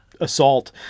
assault